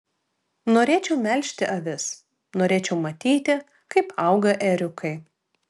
norėčiau melžti avis norėčiau matyti kaip auga ėriukai